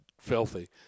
filthy